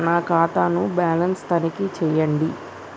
నా ఖాతా ను బ్యాలన్స్ తనిఖీ చేయండి?